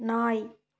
நாய்